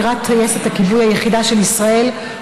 סגירת טייסת הכיבוי היחידה של ישראל,